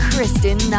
Kristen